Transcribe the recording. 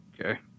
Okay